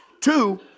Two